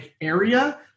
area